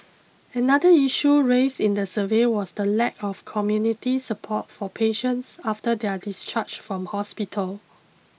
another issue raised in the survey was the lack of community support for patients after their discharge from hospital